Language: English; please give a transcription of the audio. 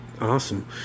Awesome